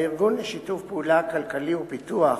הארגון לשיתוף פעולה כלכלי ולפיתוח,